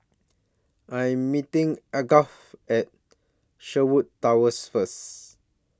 I'm meeting Algot At Sherwood Towers First